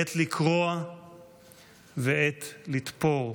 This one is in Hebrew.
עת לקרוע ועת לתפור,